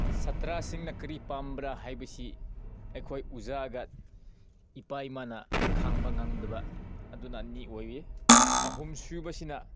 ꯁꯥꯇ꯭ꯔꯁꯤꯡꯅ ꯀꯔꯤ ꯄꯥꯝꯕ꯭ꯔꯥ ꯍꯥꯏꯕꯁꯤ ꯑꯩꯈꯣꯏ ꯑꯣꯖꯥꯒ ꯏꯄꯥ ꯏꯃꯥꯅ ꯈꯪꯕ ꯉꯝꯗꯕ ꯑꯗꯨꯅ ꯑꯅꯤ ꯑꯣꯏꯌꯦ ꯑꯍꯨꯝꯁꯨꯕꯁꯤꯅ